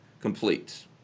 completes